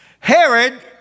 Herod